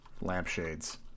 lampshades